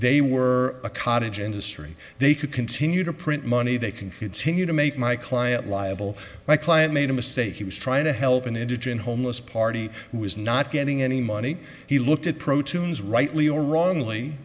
they were a cottage industry they could continue to print money they can continue to make my client liable my client made a mistake he was trying to help an indigent homeless party who was not getting any money he looked at pro tunes rightly or wrongly